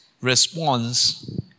response